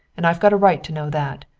and i've got a right to know that.